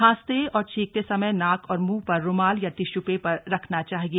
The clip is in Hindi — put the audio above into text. खांसते और छींकते समय नाक और मुंह पर रूमाल या टिश्यू पेपर रखना चाहिए